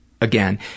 again